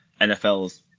NFL's